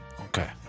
Okay